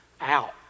out